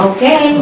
Okay